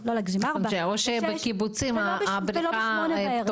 או 17:00,